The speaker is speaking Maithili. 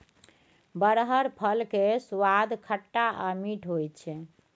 बरहर फल केर सुआद खट्टा आ मीठ होइ छै